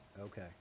Okay